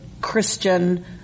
Christian